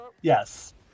Yes